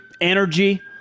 energy